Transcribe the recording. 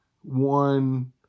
one